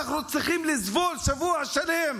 אנחנו צריכים לסבול שבוע שלם